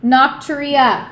Nocturia